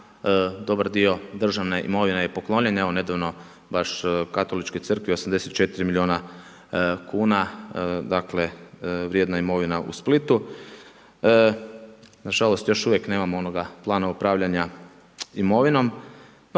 dobar dio državne imovine je poklonjen, evo nedavno, baš Katoličkoj crkvi 84 milijuna kuna, dakle vrijedna imovina u Splitu. Nažalost još uvijek nemamo onoga plana upravljanja imovinom,